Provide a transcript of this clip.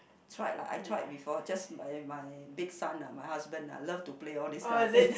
tried lah I tried before just my my big son ah my husband ah love to play all this kind of thing